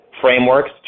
frameworks